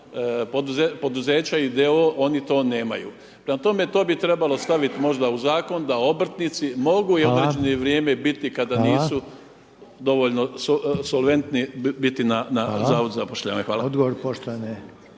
poduzeća i d.o.o. oni to nemaju. Prema tome, to bi trebalo staviti možda u zakon da obrtnici mogu određeno vrijeme biti kada nisu dovoljno solventni biti na zavodu za zapošljavanje. Hvala.